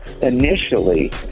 Initially